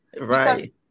Right